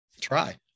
try